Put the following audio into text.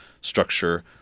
structure